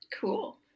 Cool